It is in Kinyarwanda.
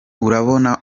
urabona